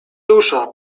dusza